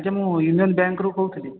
ଯେ ମୁଁ ୟୁନିୟନ୍ ବ୍ୟାଙ୍କରୁ କହୁଥିଲି